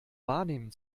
wahrnehmen